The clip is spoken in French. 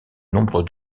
nombreux